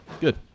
Good